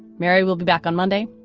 mary will be back on monday.